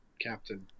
Captain